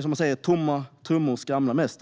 Som man säger: Tomma tunnor skramlar mest.